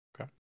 okay